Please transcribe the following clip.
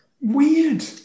weird